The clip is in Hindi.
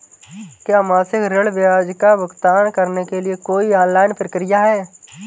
क्या मासिक ऋण ब्याज का भुगतान करने के लिए कोई ऑनलाइन प्रक्रिया है?